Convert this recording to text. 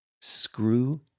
Screw